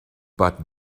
but